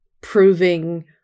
proving